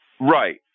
Right